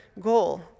goal